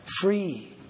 free